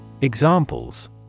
Examples